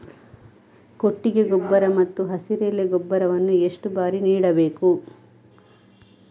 ಕೊಟ್ಟಿಗೆ ಗೊಬ್ಬರ ಮತ್ತು ಹಸಿರೆಲೆ ಗೊಬ್ಬರವನ್ನು ಎಷ್ಟು ಬಾರಿ ನೀಡಬೇಕು?